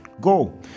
Go